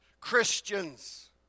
Christians